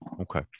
Okay